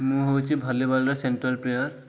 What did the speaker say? ମୁଁ ହେଉଛି ଭଲିବଲ୍ର ସେଣ୍ଟ୍ରାର୍ ପ୍ଲେୟର୍